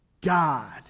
God